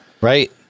Right